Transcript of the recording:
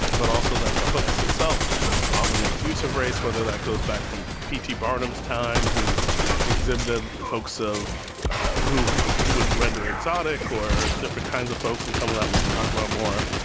but also that the hoax itself often makes use of race, whether that goes back from p t. barnum's time, who exhibited folks of who he would render exotic or different kinds of folks, and some of that we can talk about more.